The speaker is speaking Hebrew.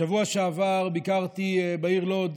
בשבוע שעבר ביקרתי בעיר לוד,